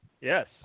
Yes